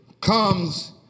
comes